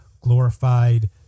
glorified